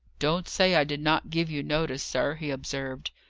don't say i did not give you notice, sir, he observed.